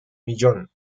millón